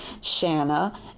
Shanna